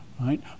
right